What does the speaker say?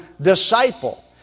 disciple